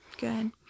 Good